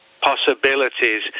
possibilities